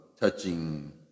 touching